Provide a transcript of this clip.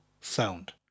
sound